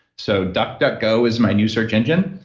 so duckduckgo is my new search engine.